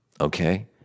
okay